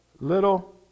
little